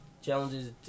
Challenges